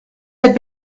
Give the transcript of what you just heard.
had